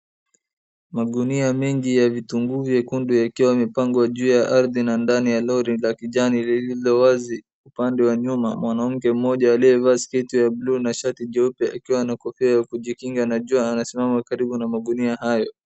Magunia mingi ya vitunguu vyekundu yakiwa yamepangwa juu ya ardhi na ndani ya lori la kijani lililo wazi. Upande wa nyuma mwanamke mmoja aliyevaa sketi ya bluu na shati jeupe akiwa na kofia ya kujikinga na jua anasiama karibu na magunia hayo.